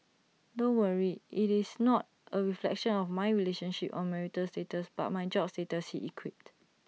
don't worry IT is not A reflection of my relationship or marital status but my job status he quipped